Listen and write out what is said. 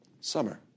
Summer